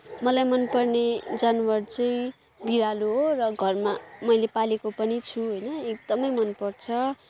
मलाई मनपर्ने जानवर चाहिँ बिरालो हो र घरमा मैले पालेको पनि छु होइन एकदमै मनपर्छ